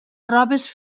robes